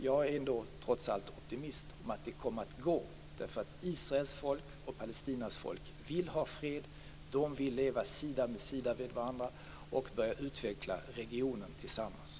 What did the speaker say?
Jag är trots allt optimist och tror att det kommer att gå. Israels folk och Palestinas folk vill ha fred. De vill leva sida vid sida och börja utveckla regionen tillsammans.